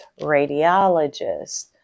radiologist